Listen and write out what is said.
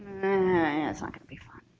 and it's not gonna be fun.